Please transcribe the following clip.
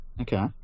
Okay